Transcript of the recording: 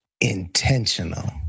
intentional